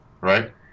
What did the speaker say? right